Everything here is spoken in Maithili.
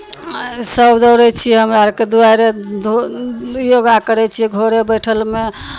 सभ दौड़ै छियै हमरा अरके द्वाइरे दो योगा करैत छियै घरे बैठलमे